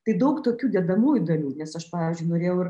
tai daug tokių dedamųjų dalių nes aš pavyzdžiui norėjau ir